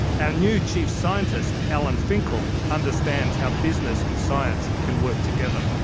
our new chief scientist, alan finkel, understands how business and science can work together.